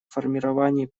формировании